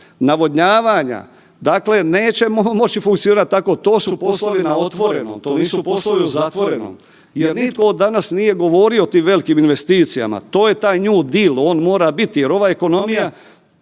navodnjavanja, dakle nećemo moći funkcionirati tako, to su poslovi na otvorenom, to nisu poslovi na zatvorenom jer nitko danas nije govorio o tim velikim investicijama, to je taj New Deal, on mora biti jer ova ekonomija